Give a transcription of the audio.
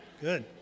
good